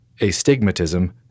astigmatism